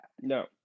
no